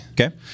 Okay